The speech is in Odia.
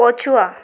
ପଛୁଆ